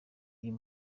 uyu